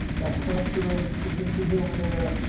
that cluster of the pixies over there?